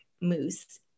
mousse